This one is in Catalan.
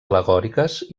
al·legòriques